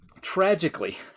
tragically